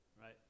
right